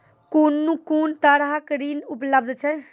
कून कून तरहक ऋण उपलब्ध छै?